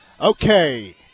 Okay